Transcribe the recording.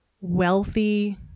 wealthy